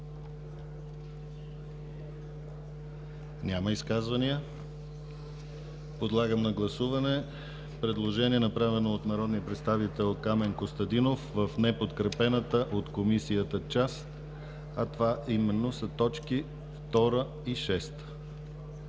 Няма изказвания. Подлагам на гласуване предложение, направено от народния представител Камен Костадинов в неподкрепената от Комисията част, а това именно са т. 2 и 6.